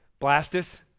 Blastus